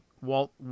Walt